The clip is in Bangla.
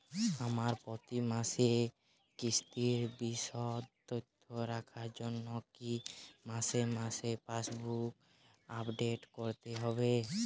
আমার প্রতি মাসের কিস্তির বিশদ তথ্য রাখার জন্য কি মাসে মাসে পাসবুক আপডেট করতে হবে?